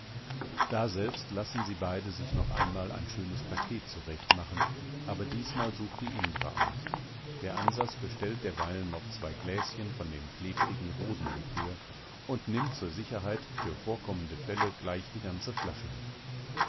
daselbst lassen sie beide sich noch einmal ein schönes paket zurechtmachen aber diesmal sucht die indre aus der ansas bestellt derweilen noch zwei gläschen von dem klebrigen rosenlikör und nimmt zur sicherheit für vorkommende fälle gleich die ganze flasche mit